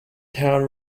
town